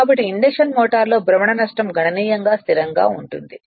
కాబట్టి ఇండక్షన్ మోటారులో భ్రమణ నష్టం గణనీయంగా స్థిరంగా ఉంటుంది